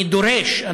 אני דורש,